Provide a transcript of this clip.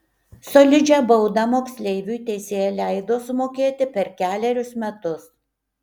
solidžią baudą moksleiviui teisėja leido sumokėti per kelerius metus